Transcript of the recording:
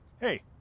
Hey